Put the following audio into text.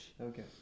okay